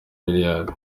miliyari